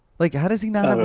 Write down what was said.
like how does he not have